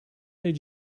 did